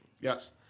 Yes